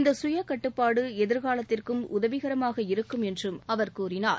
இந்த சுய கட்டுப்பாடு எதிர்காலத்திற்கும் உதவிகரமாக இருக்கும் என்றும் அவர் கூறினார்